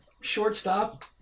shortstop